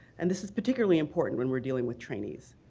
and this is particularly important when we're dealing with trainees.